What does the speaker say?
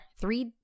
three